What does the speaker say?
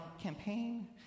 campaign